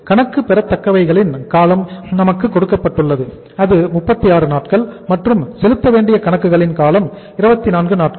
கணக்கு பெறத்தக்கவகைகளின் காலம் நமக்கு கொடுக்கப்பட்டுள்ளது அது 36 நாட்கள் மற்றும் செலுத்தவேண்டிய கணக்குகளின் காலம் 24 நாட்கள்